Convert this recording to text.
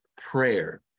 prayer